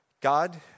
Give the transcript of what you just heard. God